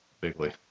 bigly